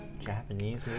Japanese